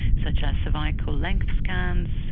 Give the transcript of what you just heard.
such as cervical length scans,